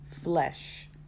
flesh